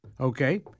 Okay